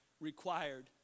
required